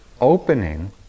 opening